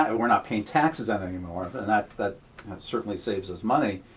ah we're not paying taxes on it any more, but and that that certainly saves us money,